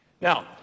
Now